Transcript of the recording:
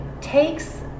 takes